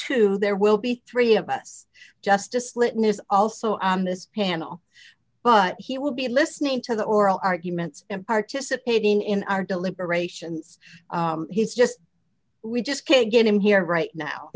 two there will be three of us just to slip in is also on this panel but he will be listening to the oral arguments and participating in our deliberations he's just we just can't get in here right now